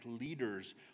leaders